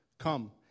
Come